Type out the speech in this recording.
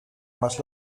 más